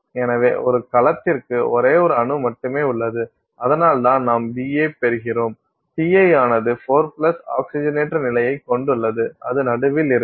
எனவே ஒரு கலத்திற்கு ஒரே ஒரு அணு மட்டுமே உள்ளது அதனால்தான் நாம் Ba பெறுகிறோம் Ti ஆனது 4 ஆக்சிஜனேற்ற நிலையைக் கொண்டுள்ளது அது நடுவில் இருக்கும்